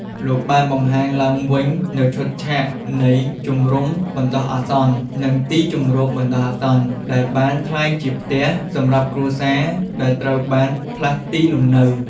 លោកបានបង្ហាញឡើងវិញនូវឈុតឆាកនៃ ជំរុំបណ្ដោះអាសន្ន និងទីជម្រកបណ្ដោះអាសន្ន ដែលបានក្លាយជា "ផ្ទះ" សម្រាប់គ្រួសារដែលត្រូវបានផ្លាស់ទីលំនៅ។